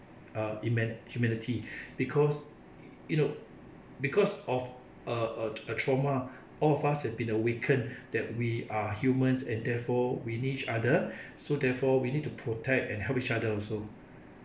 uh human~ humanity because you know because of a a a trauma all of us have been awakened that we are humans and therefore we need each other so therefore we need to protect and help each other also